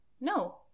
no